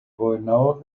gobernador